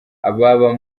ababa